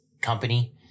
company